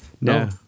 No